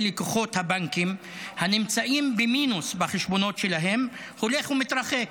לקוחות הבנקים הנמצאים במינוס בחשבונות שלהם הולך ומתרחק.